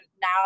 now